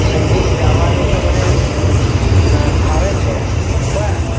સંગીત ગાવાનું તો મને ફાવે છે પણ